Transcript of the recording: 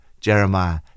Jeremiah